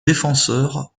défenseur